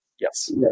yes